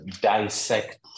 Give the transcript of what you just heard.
dissect